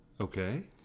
Okay